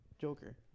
Joker